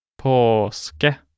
Poske